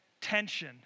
tension